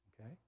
Okay